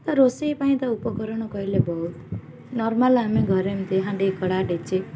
ତ ରୋଷେଇ ପାଇଁ ତ ଉପକରଣ କହିଲେ ବହୁତ ନର୍ମାଲ୍ ଆମେ ଘରେ ଏମିତି ହାଣ୍ଡି କଡ଼ା ଡେକ୍ଚି